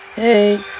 Hey